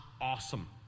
awesome